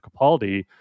Capaldi